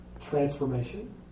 transformation